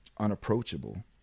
unapproachable